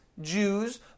Jews